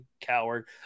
coward